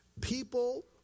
People